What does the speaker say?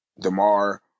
Damar